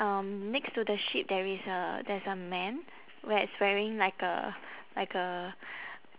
um next to the sheep there is a there's a man where it's wearing like a like a